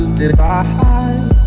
divide